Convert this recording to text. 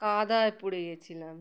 কাদায় পড়ে গেছিলাম